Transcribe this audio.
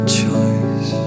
choice